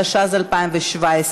התשע"ז 2017,